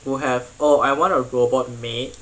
will have oh I want a robot maid